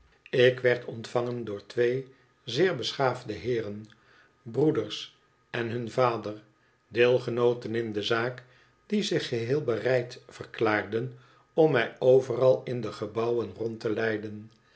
ik werd ontvangen door twee zeer beschaafde hoeren broeders en hun vader deelgenooten in de zaak die zich geheel bereid verklaarden om mij overal in de gebouwen rond te leiden